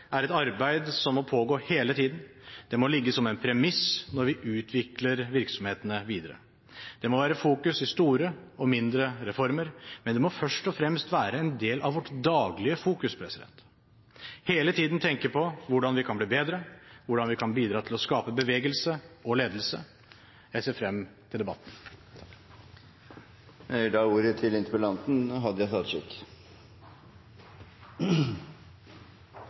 er et arbeid som må pågå hele tiden. Det må ligge som en premiss når vi utvikler virksomhetene videre. Det må være fokus i store og mindre reformer, men det må først og fremst være en del av vårt daglige fokus – hele tiden å tenke på hvordan vi kan bli bedre, og hvordan vi kan bidra til å skape bevegelse og ledelse. Jeg ser frem til debatten.